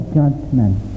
judgment